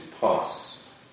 pass